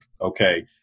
Okay